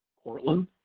cortland,